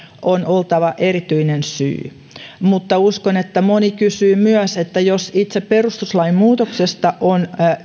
on oltava erityinen syy mutta uskon että moni kysyy myös että jos itse perustuslain muutoksesta on